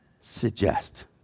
suggest